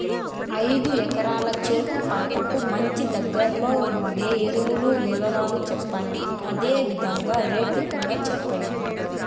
ఐదు ఎకరాల చెరుకు పంటకు మంచి, దగ్గర్లో ఉండే ఎరువుల వివరాలు చెప్పండి? అదే విధంగా రేట్లు కూడా చెప్పండి?